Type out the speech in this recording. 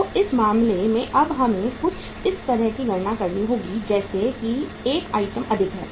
तो इस मामले में अब हमें कुछ इस तरह की गणना करनी होगी जैसे कि 1 आइटम अधिक है